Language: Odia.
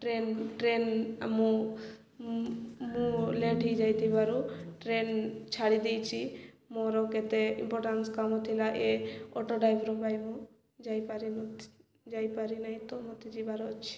ଟ୍ରେନ୍ ଟ୍ରେନ୍ ମୁଁ ମୁଁ ଲେଟ୍ ହେଇଯାଇ ଥିବାରୁ ଟ୍ରେନ୍ ଛାଡ଼ି ଦେଇଛିି ମୋର କେତେ ଇମ୍ପୋଟାନ୍ସ କାମ ଥିଲା ଏ ଅଟୋ ଡ୍ରାଇଭର୍ ପାଇଁ ମୁଁ ଯାଇପାରିନୁ ଯାଇପାରି ନାହିଁ ତ ମୋତେ ଯିବାର ଅଛି